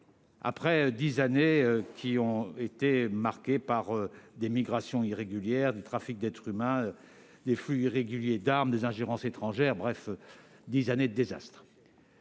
après dix années marquées par des migrations irrégulières, du trafic d'êtres humains, des flux irréguliers d'armes, des ingérences étrangères ; bref, des années de désastre.